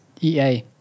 EA